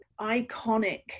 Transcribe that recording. iconic